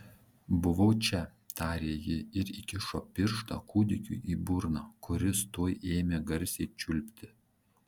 buvau čia tarė ji ir įkišo pirštą kūdikiui į burną kuris tuoj ėmė garsiai čiulpti